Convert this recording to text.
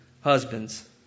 husbands